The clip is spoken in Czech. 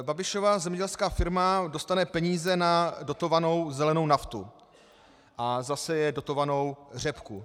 Babišova zemědělská firma dostane peníze na dotovanou zelenou naftu a zaseje dotovanou řepku.